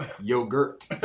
Yogurt